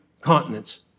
continents